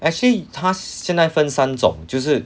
actually 他现在分三种